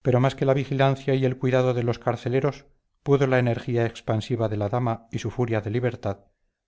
pero más que la vigilancia y el cuidado de los carceleros pudo la energía expansiva de la dama y su furia de libertad